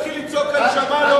אתה לא תתחיל לצעוק על שמאלוב.